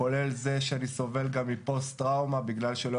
כולל זה שאני סובל גם מפוסט טראומה בגלל שלא